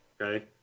Okay